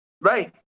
Right